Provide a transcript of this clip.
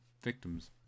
victims